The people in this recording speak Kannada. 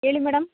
ಹೇಳಿ ಮೇಡಮ್